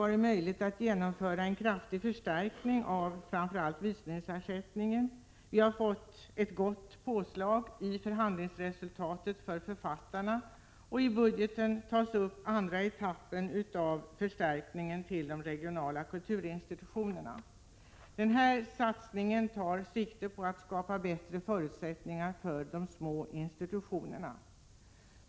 varit möjligt att genomföra en kraftig förstärkning av visningsersättningen på 10 milj.kr. Förhandlingsresultatet för författarna har också gett ett gott påslag. I budgeten upptas också andra etappen av förstärkningen av de regionala teatrarna med 15 grundbelopp och av de regionala museerna med 10 grundbelopp. Satsningen tar sikte på att skapa bättre förutsättningar för de små institutionerna.